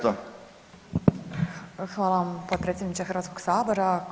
Hvala vam, potpredsjedniče Hrvatskog sabora.